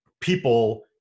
people